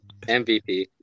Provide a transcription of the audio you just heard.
MVP